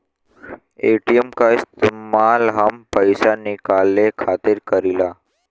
ATM क इस्तेमाल हम पइसा निकाले खातिर करीला